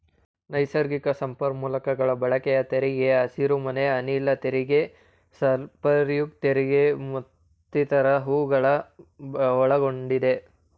ನೈಸರ್ಗಿಕ ಸಂಪನ್ಮೂಲಗಳ ಬಳಕೆಯ ತೆರಿಗೆ, ಹಸಿರುಮನೆ ಅನಿಲ ತೆರಿಗೆ, ಸಲ್ಫ್ಯೂರಿಕ್ ತೆರಿಗೆ ಮತ್ತಿತರ ಹೂಗಳನ್ನು ಒಳಗೊಂಡಿದೆ